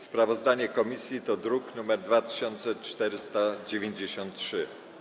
Sprawozdanie komisji to druk nr 2493.